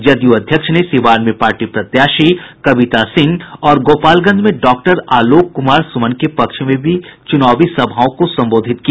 जदयू अध्यक्ष ने सीवान में पार्टी प्रत्याशी कविता सिंह और गोपालगंज में डॉक्टर आलोक कुमार सुमन के पक्ष में भी चुनावी सभाओं को संबोधित किया